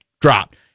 dropped